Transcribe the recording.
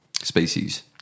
species